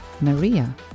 Maria